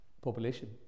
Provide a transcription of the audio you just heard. population